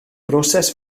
broses